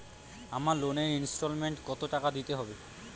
আমার লোনের ইনস্টলমেন্টৈ কত টাকা দিতে হবে?